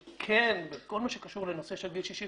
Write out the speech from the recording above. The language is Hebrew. שכן, בכל מה שקשור לנושא של גיל 65